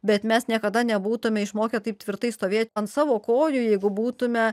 bet mes niekada nebūtumėme išmokę taip tvirtai stovėti ant savo kojų jeigu būtumėme